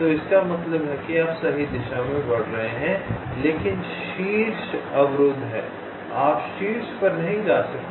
तो इसका मतलब है कि आप सही दिशा में बढ़ रहे हैं लेकिन शीर्ष अवरुद्ध है आप शीर्ष पर नहीं जा सकते